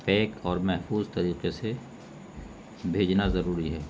pack اور محفوظ طریقے سے بھیجنا ضروری ہے